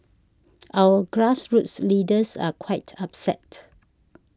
our grassroots leaders are quite upset